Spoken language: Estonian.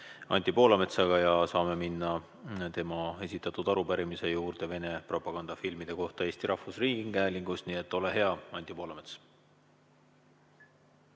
Anti Poolametsaga ja saame minna tema esitatud arupärimise juurde Vene propagandafilmide kohta Eesti Rahvusringhäälingus. Nii et ole hea, Anti Poolamets!